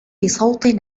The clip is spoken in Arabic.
بصوت